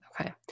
Okay